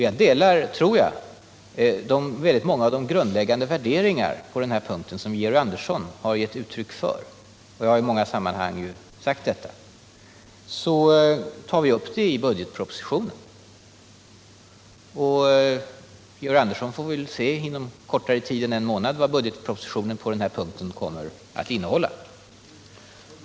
Jag delar, tror jag, väldigt många av de grundläggande värderingar på den här punkten som Georg Andersson har givit uttryck för. Jag har i många sammanhang tagit upp de sakerna. Frågan kommer att behandlas i budgetpropositionen, och Georg Andersson får alltså se inom kortare tid än en månad vad den innehåller.